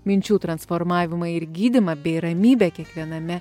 minčių transformavimą ir gydymą bei ramybę kiekviename